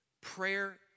Prayer